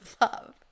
love